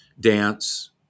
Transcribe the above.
dance